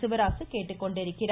சிவராசு கேட்டுக்கொண்டுள்ளார்